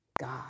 God